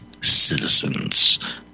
citizens